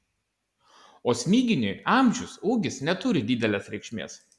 o smiginiui amžius ūgis neturi didelės reikšmės